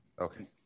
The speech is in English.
Okay